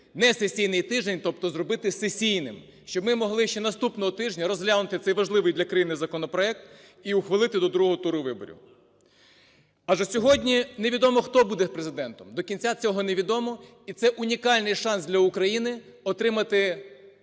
несесійний тиждень тобто, зробити сесійним, щоб ми могли ще наступного тижня розглянути цей важливий для країни законопроект і ухвалити до другого туру виборів, адже сьогодні невідомо хто буде Президентом, до кінця цього невідомо, і це унікальний шанс для України – отримати